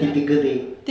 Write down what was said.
typical day